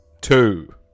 Two